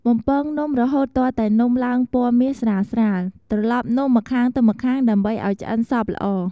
បំពងនំរហូតទាល់តែនំឡើងពណ៌មាសស្រាលៗ ត្រឡប់នំម្ខាងទៅម្ខាងដើម្បីឱ្យឆ្អិនសព្វល្អ។